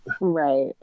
right